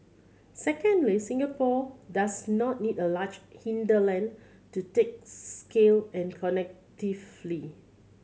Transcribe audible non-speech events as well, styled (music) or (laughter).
secondly Singapore does not need a large hinterland to take scale and (unintelligible)